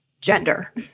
gender